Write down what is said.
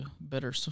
better